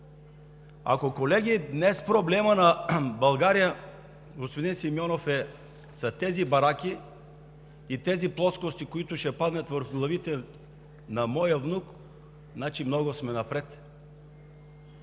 ако днес проблемът на България – господин Симеонов, са тези бараки и тези плоскости, които ще паднат върху главата на моя внук, значи много сме напред!